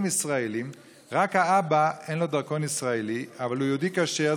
ישראליים ורק לאבא אין דרכון ישראלי אבל הוא יהודי כשר,